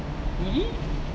really